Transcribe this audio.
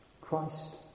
Christ